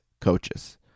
coaches